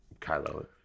Kylo